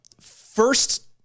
first